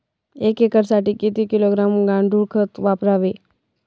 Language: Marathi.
एक एकरसाठी किती किलोग्रॅम गांडूळ खत वापरावे?